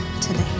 today